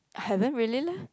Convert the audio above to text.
hasn't really leh